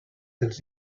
dels